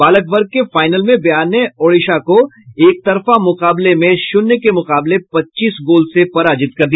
बालक वर्ग के फाईनल में बिहार ने ओडिशा को एक तरफा मुकाबले में शून्य के कुकाबले पच्चीस गोल से पराजित कर दिया